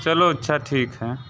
चलो अच्छा ठीक है